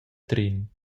trin